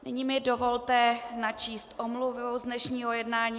Nyní mi dovolte načíst omluvu z dnešního jednání.